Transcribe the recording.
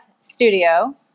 studio